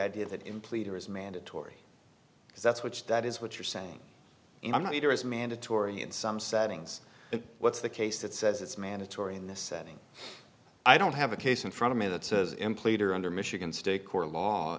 idea that in pleader is mandatory because that's which that is what you're saying and i'm not either as mandatory in some settings what's the case that says it's mandatory in this setting i don't have a case in front of me that says employers are under michigan state court law